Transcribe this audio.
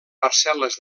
parcel·les